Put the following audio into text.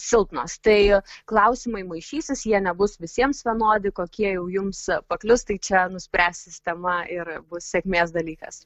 silpnos tai klausimai maišysis jie nebus visiems vienodi kokie jau jums paklius tai čia nuspręs sistema ir bus sėkmės dalykas